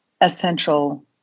essential